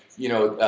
you know,